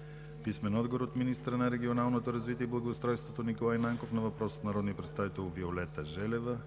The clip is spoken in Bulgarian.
- министъра на регионалното развитие и благоустройството Николай Нанков на въпрос от народния представител Виолета Желева;